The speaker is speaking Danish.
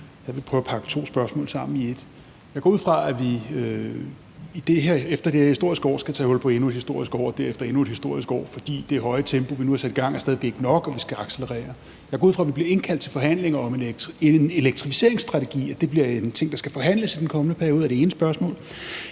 Jeg vil prøve at pakke to spørgsmål sammen i ét. Jeg går ud fra, at vi efter det her historiske år skal tage hul på endnu et historisk år, og derefter endnu et historisk år, for det høje tempo, vi nu har sat i gang, er stadig væk ikke nok, og vi skal accelerere. Jeg går ud fra, at vi bliver indkaldt til forhandlinger en elektrificeringsstrategi, og at det bliver en ting, der skal forhandles om i den kommende periode. Det er det ene spørgsmål.